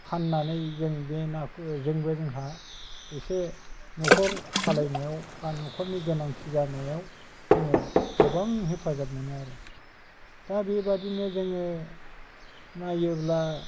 फान्नानै जों बे नाखौ बेजोंबो जोङा एसे न'खर सालायनायाव बा न'खरनि गोनांथि जानायाव जोङो गोबां हेफाजाब मोनो आरो दा बेबादिनो जोङो नायोब्ला